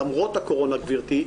למרות הקורונה, גבירתי,